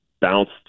bounced